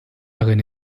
darin